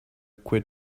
quit